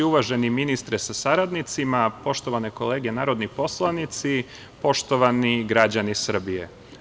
Uvaženi ministre sa saradnicima, poštovane kolege narodni poslanici, poštovani građani Srbije.